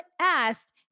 asked